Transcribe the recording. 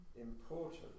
important